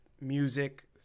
music